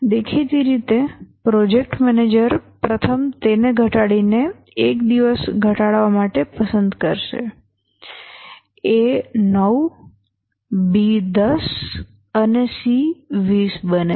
દેખીતી રીતે project manager પ્રથમ તેને ઘટાડીને 1 દિવસ ઘટાડવા માટે પસંદ કરશે A 9 B 10 અને C 20 બને છે